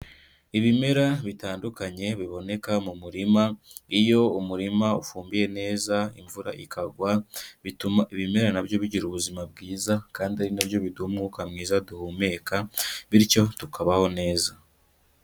Ibimera bitandukanye biboneka mu murima, iyo umurima ufumbiye neza imvura ikagwa bituma ibimera nabyo bigira ubuzima bwiza kandi ari nabyo biduha umwuka mwiza duhumeka, bityo tukabaho neza.